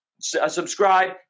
subscribe